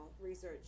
research